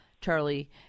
Charlie